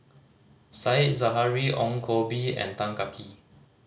Said Zahari Ong Koh Bee and Tan Kah Kee